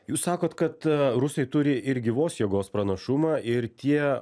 jūs sakot kad rusai turi ir gyvos jėgos pranašumą ir tie